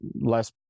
less